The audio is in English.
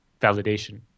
validation